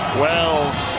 wells